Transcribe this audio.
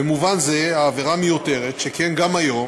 במובן זה, העבירה מיותרת, שכן גם היום